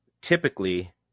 typically